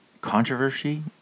controversy